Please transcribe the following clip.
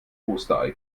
osterei